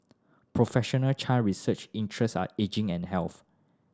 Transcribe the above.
professional Chan research interest are ageing and health